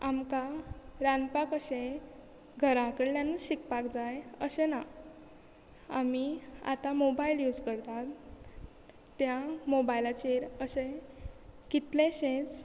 आमकां रांदपाक अशे घराकडल्यानच शिकपाक जाय अशें ना आमी आतां मोबायल यूज करतात त्या मोबायलाचेर अशे कितलेशेच